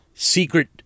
secret